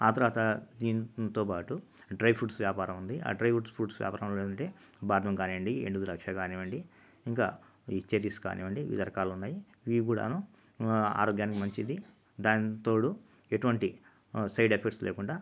ఆ తర్వాత దీంతో పాటు డ్రై ఫ్రూట్స్ వ్యాపారం ఉంది ఆ డ్రై ఫ్రూట్స్ వ్యాపారం ఏందంటే బాదం కానివ్వండి ఎండు ద్రాక్ష కానివ్వండి ఇంకా ఈ చెర్రీస్ కానివ్వండి వివిధ రకాలున్నాయి ఇవి కూడాను ఆరోగ్యానికి మంచిది దానికి తోడు ఎటువంటి సైడ్ ఎఫెక్ట్స్ లేకుండా